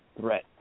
threat